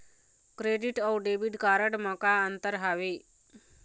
Credit अऊ debit card म का अंतर हावे?